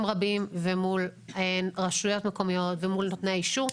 רבים ומול רשויות מקומיות ומול נותני אישור,